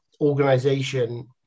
organization